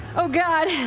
oh god,